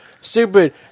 stupid